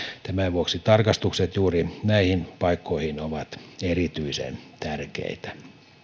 tämän vuoksi tarkastukset juuri näihin paikkoihin ovat erityisen tärkeitä